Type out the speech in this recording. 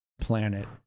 planet